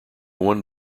one